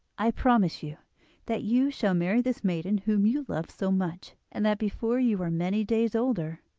i promise you that you shall marry this maiden whom you love so much, and that before you are many days older